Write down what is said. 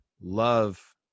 love